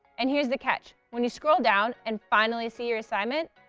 and here's the catch when you scroll down and finally see your assignment.